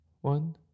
One